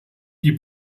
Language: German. die